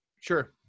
Sure